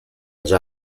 già